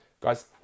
guys